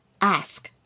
ask